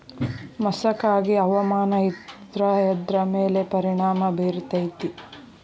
ಮಸಕಾಗಿ ಹವಾಮಾನ ಇದ್ರ ಎದ್ರ ಮೇಲೆ ಪರಿಣಾಮ ಬಿರತೇತಿ?